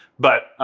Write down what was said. but,